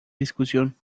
discusión